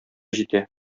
җитә